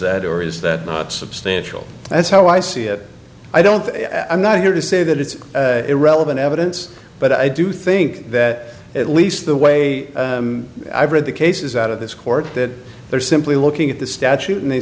that or is that not substantial that's how i see it i don't i'm not here to say that it's irrelevant evidence but i do think that at least the way i've read the cases out of this court that they are simply looking at the statute and they